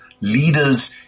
leaders